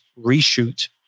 reshoot